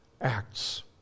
acts